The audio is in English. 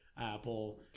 Apple